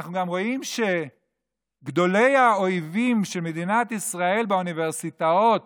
אנחנו גם רואים שגדולי האויבים של מדינת ישראל באוניברסיטאות